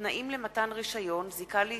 (תנאים למתן רשיון, זיקה לישראל),